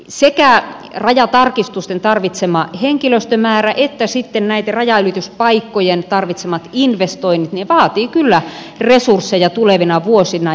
meillä sekä rajatarkistusten tarvitsema henkilöstömäärä että rajanylityspaikkojen tarvitsemat investoinnit vaativat kyllä resursseja tulevina vuosina